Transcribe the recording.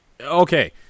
Okay